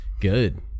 good